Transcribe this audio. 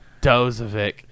Dozovic